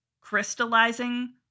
crystallizing